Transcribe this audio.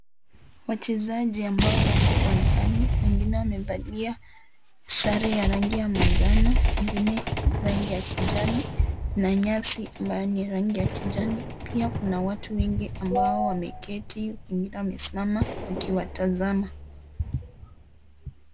Wachezaji ambao wako uwanjani, wengine wamevalia sare ya rangi ya manjano, wengine rangi ya kijani, na nyasi ambayo ni ya rangi ya kijani pia kuna watu wengi ambao wameketi wengine wamesimama wakiwatazama.